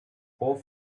hope